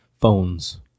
phones